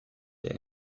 der